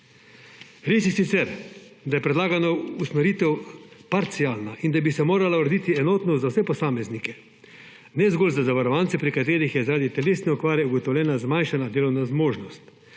je sicer, da je predlagana usmeritev parcialna in da bi se morala urediti enotno za vse posameznike, ne zgolj za zavarovance, pri katerih je zaradi telesne okvare ugotovljena zmanjšana delovna zmožnost,